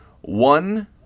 One